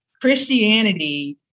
Christianity